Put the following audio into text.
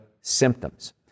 symptoms